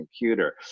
computer